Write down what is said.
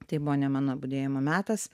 tai buvo ne mano budėjimo metas